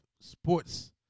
sports